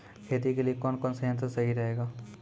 खेती के लिए कौन कौन संयंत्र सही रहेगा?